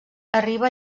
arriba